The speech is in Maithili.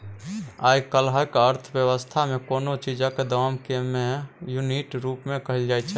आइ काल्हिक अर्थ बेबस्था मे कोनो चीजक दाम केँ युनिट रुप मे कहल जाइ छै